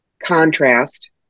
contrast